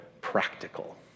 practical